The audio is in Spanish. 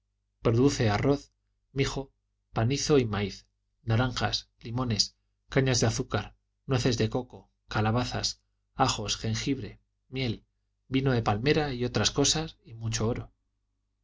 produce arroz mijo panizo y maíz naranjas limones cañas de azúcar nueces de coco calabazas ajos jengibre miel vino de palmera y otras cosas y mucho oro